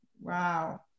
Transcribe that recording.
Wow